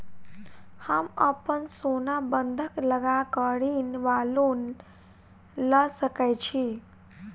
हम अप्पन सोना बंधक लगा कऽ ऋण वा लोन लऽ सकै छी?